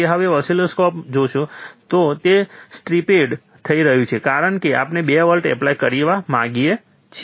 તેથી જો તમે ઓસિલોસ્કોપમાં જોશો તો તે સ્ટ્રીપેડ થઇ ગયું છે આ જ કારણ છે કે આપણે 2 વોલ્ટ એપ્લાય કરવા માંગીએ છીએ